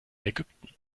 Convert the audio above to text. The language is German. ägypten